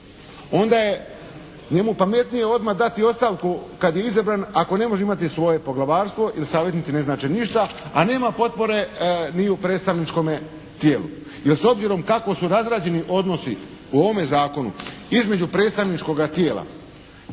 Onda je njemu pametnije odma dati ostavku kad je izabran ako ne može imati svoje poglavarstvo jer saveznici ne znače ništa, a nema potpore ni u predstavničkome tijelu. Jer s obzirom kako su razrađeni odnosi u ovome zakonu između predstavničkoga tijela